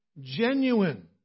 genuine